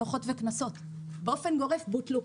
בנוסף,